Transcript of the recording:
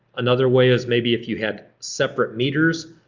another way is maybe if you had separate meters.